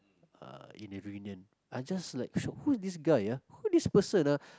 uh in a reunion I just like shocked like who's this guy ah who's this person ah